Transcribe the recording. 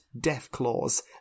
Deathclaws